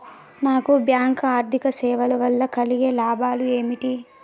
Non bank ఆర్థిక సేవల వల్ల కలిగే లాభాలు ఏమిటి?